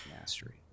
mastery